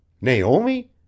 Naomi